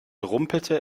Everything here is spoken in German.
rumpelte